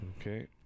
Okay